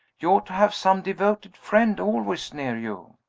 you ought to have some devoted friend always near you.